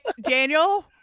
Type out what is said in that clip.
Daniel